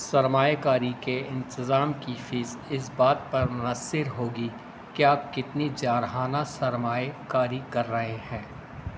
سرمایہ کاری کے انتظام کی فیس اس بات پر منحصر ہوگی کہ آپ کتنی جارحانہ سرمایہ کاری کر رہے ہیں